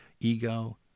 ego